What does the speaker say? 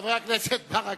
חבר הכנסת ברכה,